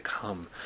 come